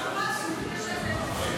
--- החוק הזה עושה סדר